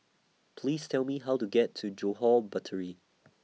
Please Tell Me How to get to Johore Battery